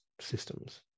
systems